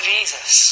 Jesus